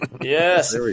Yes